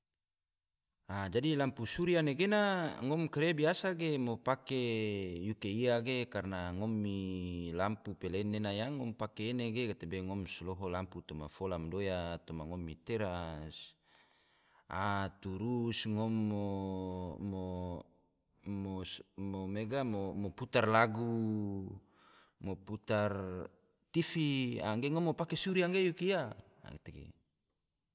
Dadi lampu surya gena, ngom kare biasa yo pake yuke ia ge karna ngom mi lampu pln gena yang, dadi ngom pake ene ge gatebe ngom so loho lampu toma fola ma doya, ngom mi teras, a turus ngom mo putar lagu, mo putar tv, a ge ngom pake surya yuke ia. a gatege